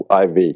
IV